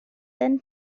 than